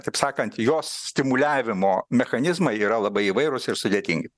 taip sakant jos stimuliavimo mechanizmai yra labai įvairūs ir sudėtingi